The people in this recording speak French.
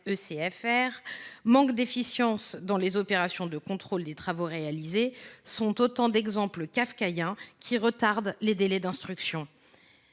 manque d’efficience des opérations de contrôle des travaux réalisés sont autant d’exemples kafkaïens qui retardent les délais d’instruction.